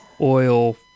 oil